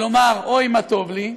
ולומר: הוי, מה טוב לי,